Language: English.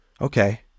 okay